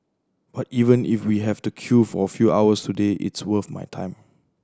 but even if we have to queue for a few hours today it's worth my time